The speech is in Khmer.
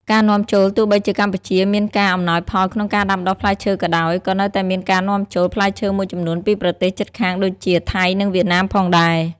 ការនាំចូលទោះបីជាកម្ពុជាមានការអំណោយផលក្នុងការដាំដុះផ្លែឈើក៏ដោយ ក៏នៅតែមានការ នាំចូល ផ្លែឈើមួយចំនួនពីប្រទេសជិតខាងដូចជា ថៃ និងវៀតណាមផងដែរ។